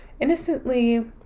innocently